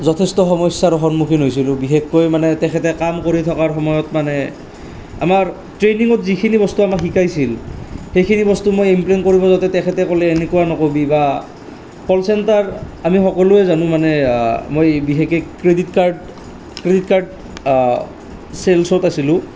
যথেষ্ট সমস্যাৰ সন্মূখীন হৈছিলোঁ বিশেষকৈ মানে তেখেতে কাম কৰি থকাৰ সময়ত মানে আমাৰ ট্ৰেইনিঙত যিখিনি বস্তু আমাক শিকাইছিল সেইখিনি বস্তু মই ইমপ্লিমেণ্ট কৰিব যাওঁতে তেখেতে ক'লে এনেকুৱা নকবি বা ক'ল চেণ্টাৰ আমি সকলোৱে জানো মানে মই বিশেষকৈ ক্ৰেডিট কাৰ্ড ক্ৰেডিট কাৰ্ড চেলচত আছিলোঁ